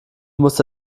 musste